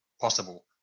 possible